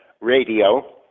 radio